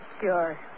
sure